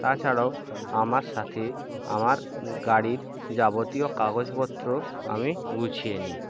তাছাড়াও আমার সাথে আমার গাড়ির যাবতীয় কাগজপত্র আমি গুছিয়ে নিই